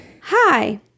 Hi